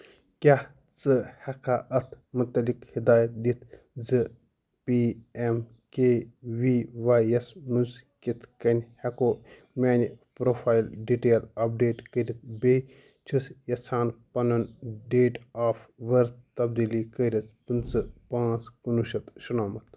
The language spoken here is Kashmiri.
کیٛاہ ژٕ ہؠکہٕ اتھ متعلق ہدایت دتھ زِ P M K V Y یس منٛز کِتھ کٔنۍ ہؠکو میانہِ پروفائل ڈیٹیل اپڈیٹ کٔرتھ بیٚیہِ چھُس یژھان پنُن ڈیٹ آف بٔرٕتھ تبدیلی کٔرتھ پٔنٛژٕہ پانٛژھ کُنوُہ شیٚتھ شُنَمَتھ